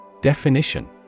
Definition